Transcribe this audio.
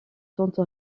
tente